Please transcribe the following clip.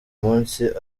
munsi